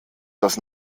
das